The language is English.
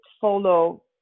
follow